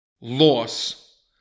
loss